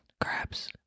crabs